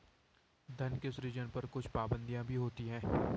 धन के सृजन पर कुछ पाबंदियाँ भी होती हैं